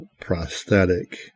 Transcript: prosthetic